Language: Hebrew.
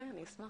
אני אשמח.